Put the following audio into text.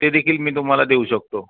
ते देखील मी तुम्हाला देऊ शकतो